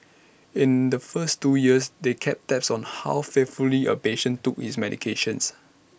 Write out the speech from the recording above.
in the first two years they kept tabs on how faithfully A patient took his medications